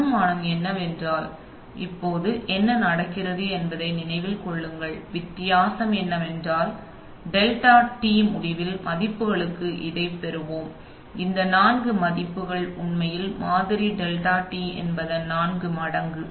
அனுமானம் என்னவென்றால் இப்போது என்ன நடக்கிறது என்பதை நினைவில் கொள்ளுங்கள் வித்தியாசம் என்னவென்றால் இப்போது டெல்டா டி முடிவில் மதிப்புகளுக்கு இதைப் பெறுவோம் இந்த நான்கு மதிப்புகள் உண்மையில் மாதிரி டெல்டா டி என்பதன் நான்கு மடங்கு